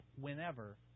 whenever